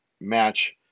match